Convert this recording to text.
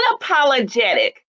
unapologetic